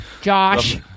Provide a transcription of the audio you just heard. Josh